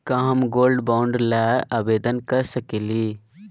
का हम gold bond ल आवेदन कर सकली?